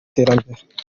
iterambere